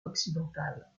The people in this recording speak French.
occidentale